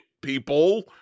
people